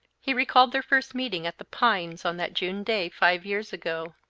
he recalled their first meeting at the pines on that june day five years ago.